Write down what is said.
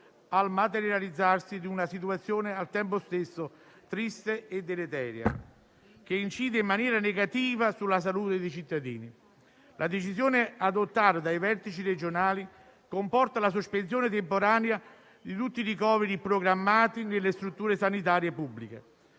il materializzarsi di una situazione al tempo stesso triste e deleteria, che incide in maniera negativa sulla salute dei cittadini. La decisione adottata dai vertici regionali comporta la sospensione temporanea di tutti i ricoveri programmati nelle strutture sanitarie pubbliche: